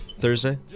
Thursday